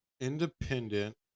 independent